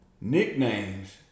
nicknames